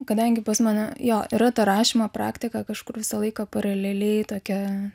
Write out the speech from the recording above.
kadangi pas mane jo yra ta rašymo praktika kažkur visą laiką paraleliai tokia